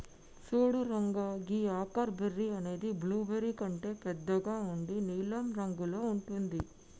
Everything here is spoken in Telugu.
సూడు రంగా గీ అకాయ్ బెర్రీ అనేది బ్లూబెర్రీ కంటే బెద్దగా ఉండి నీలం రంగులో ఉంటుంది